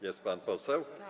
Jest pan poseł?